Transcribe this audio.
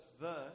verse